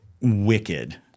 wicked